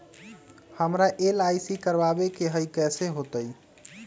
हमरा एल.आई.सी करवावे के हई कैसे होतई?